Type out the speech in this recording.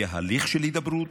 היה הליך של הידברות,